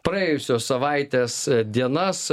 praėjusios savaitės dienas